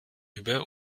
über